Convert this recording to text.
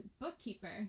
bookkeeper